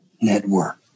network